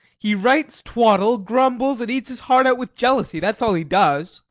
he writes twaddle, grumbles, and eats his heart out with jealousy that's all he does.